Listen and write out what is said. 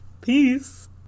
peace